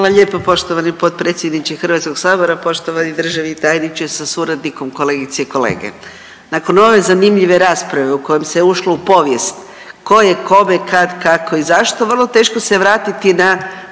Hvala lijepo poštovani potpredsjedniče Hrvatskog sabora, poštovani državni tajniče sa suradnikom, kolegice i kolege. Nakon ove zanimljive rasprave kojom se ušlo u povijest tko je kome, kad, kako i zašto vrlo teško se vratiti na